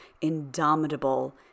indomitable